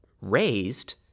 raised